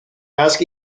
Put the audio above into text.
ask